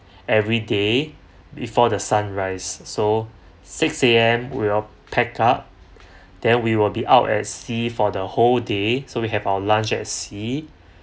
every day before the sunrise so six A_M we all packed up then we will be out at sea for the whole day so we have our lunch at sea